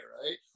right